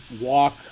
walk